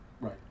Right